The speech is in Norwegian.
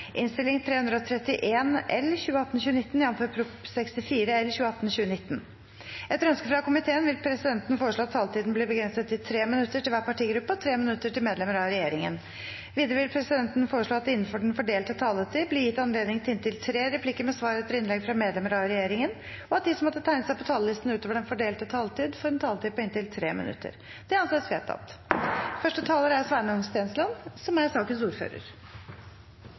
minutter til medlemmer av regjeringen. Videre vil presidenten foreslå at det – innenfor den fordelte taletid – blir gitt anledning til inntil tre replikker med svar etter innlegg fra medlemmer av regjeringen, og at de som måtte tegne seg på talerlisten utover den fordelte taletid, også får en taletid på inntil 3 minutter. – Det anses vedtatt. Her gjør vi noen endringer i et par lover. Det viktigste vi gjør, er å lovfeste et koordinerende pasientombud. Flertallet ønsker ikke å ha et eget nasjonalt pasientombud, men at et av de eksisterende pasientombudene skal ha en koordinerende rolle. Det mener vi er